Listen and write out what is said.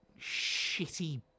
shitty